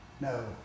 No